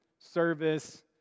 service